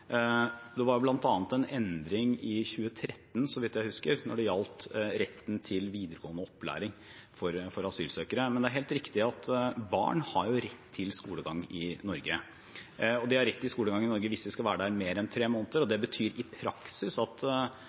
gjaldt retten til videregående opplæring for asylsøkere. Men det er helt riktig at barn har rett til skolegang i Norge, og de har rett til skolegang i Norge hvis de skal være her i mer enn tre måneder. Det betyr i praksis at